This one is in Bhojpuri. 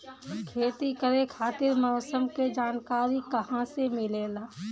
खेती करे खातिर मौसम के जानकारी कहाँसे मिलेला?